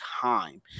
time